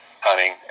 Hunting